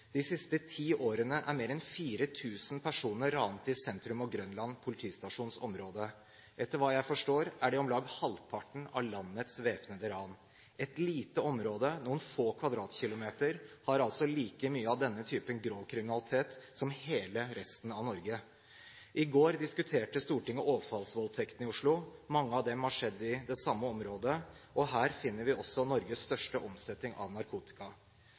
De siste ti årene er mer enn 4 000 personer ranet i Sentrum og Grønland politistasjoners områder. Etter hva jeg forstår, er det om lag halvparten av antall væpnede ran i landet. Et lite område, noen få kvadratkilometer, har altså like mye av denne typen grov kriminalitet som hele resten av Norge. I går diskuterte Stortinget overfallsvoldtektene i Oslo. Mange av dem har skjedd i det samme området, og her finner vi også Norges største omsetning av narkotika.